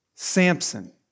Samson